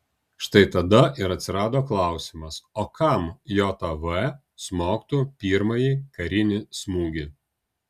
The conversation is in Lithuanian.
štai tada ir atsirado klausimas o kam jav smogtų pirmąjį karinį smūgį